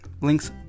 Links